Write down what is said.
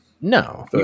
No